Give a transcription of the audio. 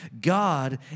God